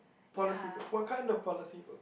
policy work what kinda policy work